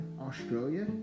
Australia